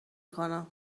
کنم